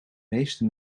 meeste